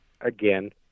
again